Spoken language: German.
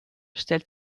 stellt